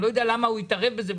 אני לא יודע למה הוא התערב בזה,